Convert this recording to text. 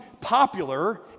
popular